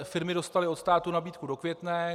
Firmy dostaly od státu nabídku do Květné.